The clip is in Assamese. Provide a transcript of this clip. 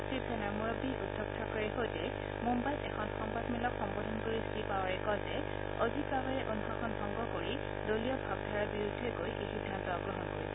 শিৱসেনাৰ মুৰববী উদ্ধৱ থাকৰেৰ সৈতে মুঘাইত এখন সংবাদ মেলক সম্বোধন কৰি শ্ৰীপাৱাৰে কয় যে অজিত পাৱাৰে অনুশাসন ভংগ কৰি দলীয় ভাৱধাৰাৰ বিৰুদ্ধে গৈ এই সিদ্ধান্ত গ্ৰহণ কৰিছে